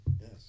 Yes